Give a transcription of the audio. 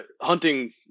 hunting